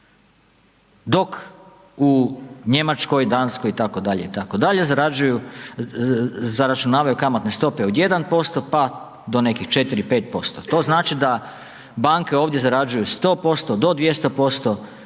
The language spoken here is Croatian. Dok u Njemačkoj, Danskoj itd., itd., zaračunavaju kamatne stope od 1% pa do nekih 4, 5%. To znači da banke ovdje zarađuju 100% do 200%